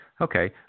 Okay